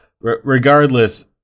regardless